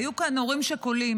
והיו כאן הורים שכולים,